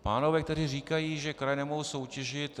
Pánové tady říkají, že kraje nemohou soutěžit.